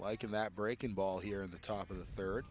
like in that breaking ball here in the top of the third